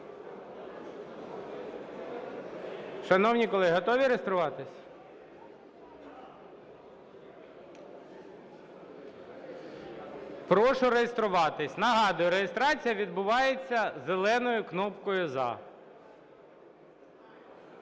Шановні колеги, готові реєструватись? Прошу реєструватись. Нагадую, реєстрація відбувається зеленою кнопкою "За".